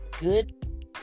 good